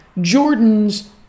Jordan's